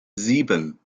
sieben